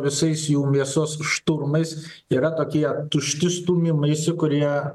visais jų mėsos šturmais yra tokie tušti stūmimaisi kurie